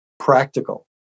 practical